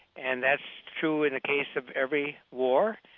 and that's true in the case of every war,